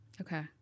Okay